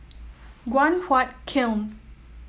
Guan Huat Kiln